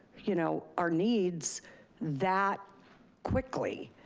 you know, our needs that quickly.